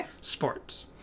sports